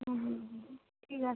হুম ঠিক আছে